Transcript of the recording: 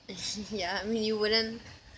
ya I mean you wouldn't